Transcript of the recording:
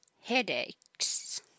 headaches